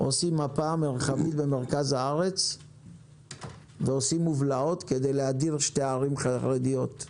עושים מפה מרחבית במרכז הארץ ועושים מובלעות כדי להדיר שתי ערים חרדיות,